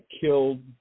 killed